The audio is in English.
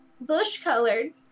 bush-colored